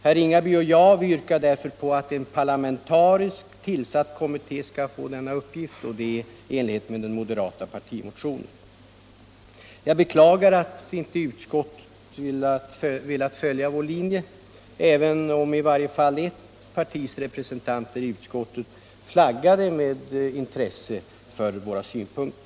Herr Ringaby och jag yrkar därför att en parlamentariskt tillsatt kommitté skall få denna uppgift, vilket är i enlighet med den moderata partimotionen. Jag beklagar att inte utskottet velat följa vår linje, även om i varje fall ett partis representanter i utskottet flaggade med intresse för våra synpunkter.